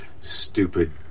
stupid